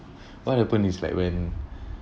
what happened is like when